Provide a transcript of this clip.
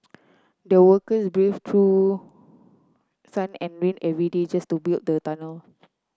the workers braved through sun and rain every day just to build the tunnel